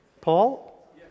Paul